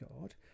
God